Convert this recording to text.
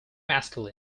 masculine